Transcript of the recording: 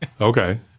okay